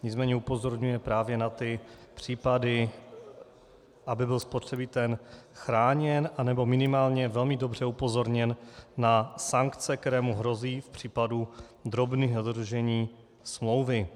Nicméně upozorňuje právě na ty případy, aby byl spotřebitel chráněn, nebo minimálně dobře upozorněn na sankce, které mu hrozí v případě drobných nedodržení smlouvy.